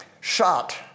shot